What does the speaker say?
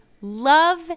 love